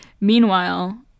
meanwhile